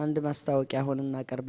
under my style gallon and i got a